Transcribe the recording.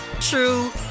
true